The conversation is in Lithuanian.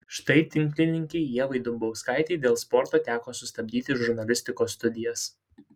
štai tinklininkei ievai dumbauskaitei dėl sporto teko sustabdyti žurnalistikos studijas